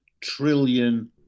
trillion